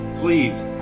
please